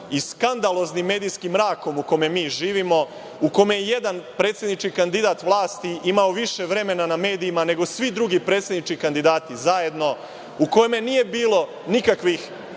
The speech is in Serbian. i skandaloznim medijskim mrakom u kome mi živimo, u kome je jedan predsednički kandidat vlasti imao više vremena na medijima nego svi drugi predsednički kandidati zajedno, u kome nije bilo nikakvih